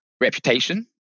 reputation